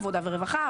עבודה ורווחה,